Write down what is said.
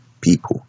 people